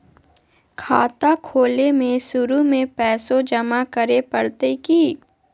खाता खोले में शुरू में पैसो जमा करे पड़तई की?